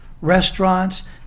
restaurants